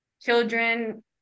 children